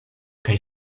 kaj